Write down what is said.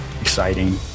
exciting